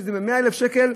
שזה 100,000 שקל,